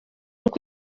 uko